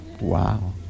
Wow